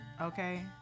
Okay